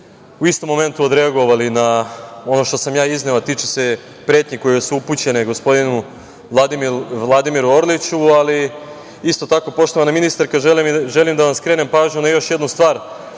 u istom momentu odreagovali na ono što sam ja izneo, a tiče se pretnje koje su upućene gospodinu Vladimiru Orliću. Isto tako poštovana ministarka želim da vam skrenem pažnju na još jednu stvar. Dakle,